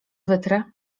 wytrę